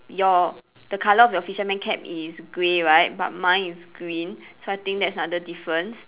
your the colour of your fisherman cap is grey right but mine is green so I think that's another difference